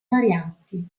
varianti